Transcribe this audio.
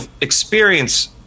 experience